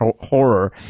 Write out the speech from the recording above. horror